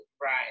Right